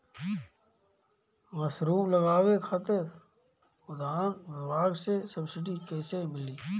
Mushroom लगावे खातिर उद्यान विभाग से सब्सिडी कैसे मिली?